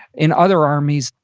in other armies,